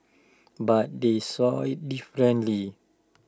but they saw IT differently